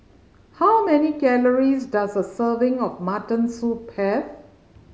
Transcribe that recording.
how many calories does a serving of mutton soup have